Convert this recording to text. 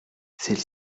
celle